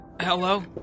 Hello